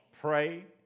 Pray